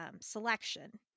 selection